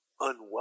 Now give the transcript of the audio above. unwelcome